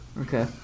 Okay